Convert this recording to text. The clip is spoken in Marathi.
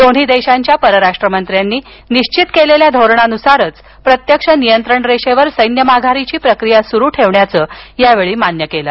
दोन्ही देशांच्या परराष्ट्र मंत्र्यांनी निश्चित केलेल्या धोरणानुसारच प्रत्यक्ष नियंत्रण रेषेवर सैन्य माघारीची प्रक्रिया सुरू ठेवण्याचं यावेळी मान्य करण्यात आलं